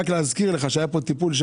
רק להזכיר לך כאן טיפול על